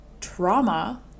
trauma